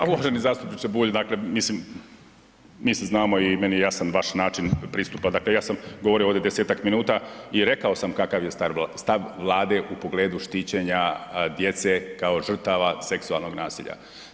Pa uvaženi zastupniče Bulj, dakle mislim mi se znamo i meni je jasan vaš naših pristupa, dakle ja sam govorio ovdje 10-ak minuta i rekao sam kakav je stav Vlade u pogledu štićenja djece kao žrtava kao seksualnog nasilja.